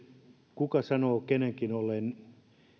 kuka sanoo kenenkin olleen